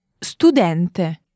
studente